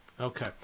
Okay